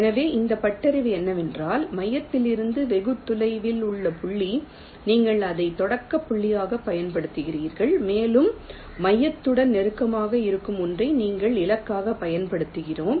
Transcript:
எனவே இந்த பட்டறிவு என்னவென்றால் மையத்திலிருந்து வெகு தொலைவில் உள்ள புள்ளி நீங்கள் அதை தொடக்க புள்ளியாகப் பயன்படுத்துகிறீர்கள் மேலும் மையத்துடன் நெருக்கமாக இருக்கும் ஒன்றை நாங்கள் இலக்காகப் பயன்படுத்துகிறோம்